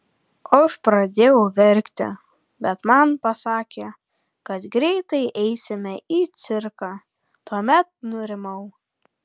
aš pradėjau verkti bet man pasakė kad greitai eisime į cirką tuomet nurimau